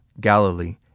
Galilee